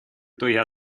итоге